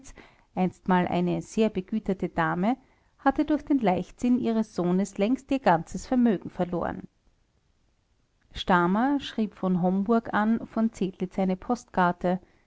einstmals eine sehr begüterte dame hatte durch den leichtsinn ihres sohnes längst ihr ganzes vermögen verloren stamer schrieb von homburg an von zedlitz eine postkarte